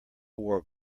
wore